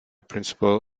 principal